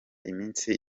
iminsi